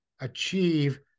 achieve